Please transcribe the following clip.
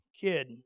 kid